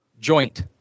joint